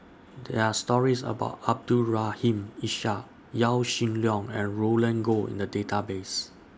There Are stories about Abdul Rahim Ishak Yaw Shin Leong and Roland Goh in The Database